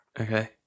Okay